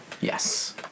Yes